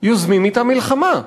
יוזמים אתם מלחמה.